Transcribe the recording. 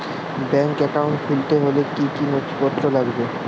Bank account খুলতে হলে কি কি নথিপত্র লাগবে?